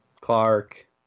Clark